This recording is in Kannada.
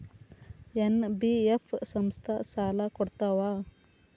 ಎನ್.ಬಿ.ಎಫ್ ಸಂಸ್ಥಾ ಸಾಲಾ ಕೊಡ್ತಾವಾ?